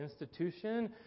institution